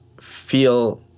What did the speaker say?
feel